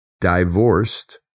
Divorced